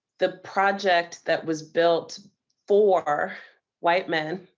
the project that was built for white men,